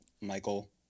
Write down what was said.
Michael